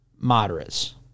moderates